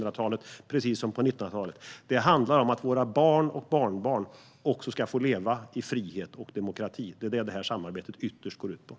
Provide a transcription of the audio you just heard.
Det är därför som Nato är grundat, det är därför som Nato finns, det är därför som den amerikanska närvaron är viktig också på 2000-talet precis som på 1900-talet.